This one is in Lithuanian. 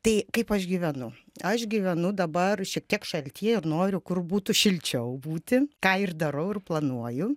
tai kaip aš gyvenu aš gyvenu dabar šiek tiek šaltyje ir noriu kur būtų šilčiau būti ką ir darau ir planuoju